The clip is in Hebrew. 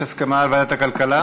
יש הסכמה על ועדת הכלכלה?